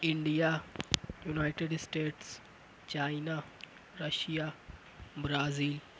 India United States China Russia Brazil